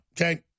okay